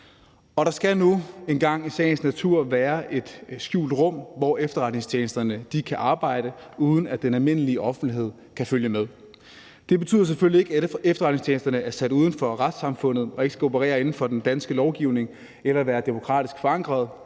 Og der skal nu engang i sagens natur være et skjult rum, hvor efterretningstjenesterne kan arbejde, uden at den almindelige offentlighed kan følge med. Det betyder selvfølgelig ikke, at efterretningstjenesterne er sat uden for retssamfundet og ikke skal operere inden for den danske lovgivning eller være demokratisk forankret.